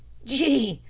gee,